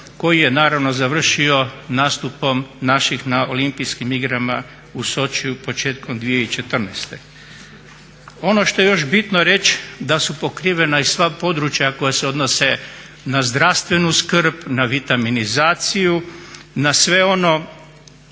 koji je završio nastupom naših na olimpijskim igrama u Sočiu početkom 2014. Ono što je još bitno reći da su pokrivena sva područja koja se odnose na zdravstvenu skrb, na vitaminizaciju, na sve ono